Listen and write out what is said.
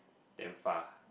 damn far